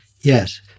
Yes